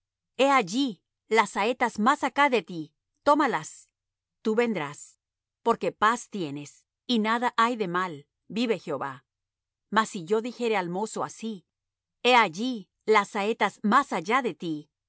he allí las saetas más acá de ti tómalas tú vendrás porque paz tienes y nada hay de mal vive jehová mas si yo dijere al mozo así he allí las saetas más allá de ti